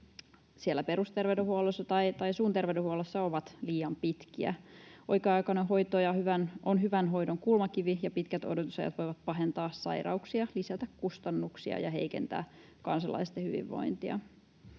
perusterveydenhuollossa tai suun terveydenhuollossa, ovat liian pitkiä. Oikea-aikainen hoito on hyvän hoidon kulmakivi, ja pitkät odotusajat voivat pahentaa sairauksia, lisätä kustannuksia ja heikentää kansalaisten hyvinvointia.